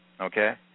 okay